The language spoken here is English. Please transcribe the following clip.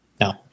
No